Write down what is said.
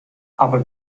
aber